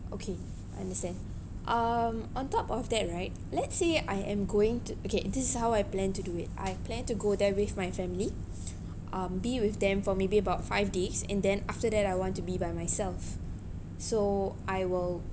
okay understand um on top of that right let's say I am going to okay this is how I plan to do it I plan to go there with my family um be with them for maybe about five days and then after that I want to be by myself so I will